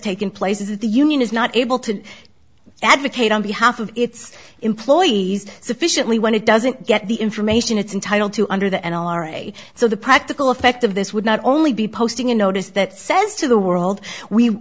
taken place is that the union is not able to advocate on behalf of its employees sufficiently when it doesn't get the information it's entitle to under the n r a so the practical effect of this would not only be posting a notice that says to the world we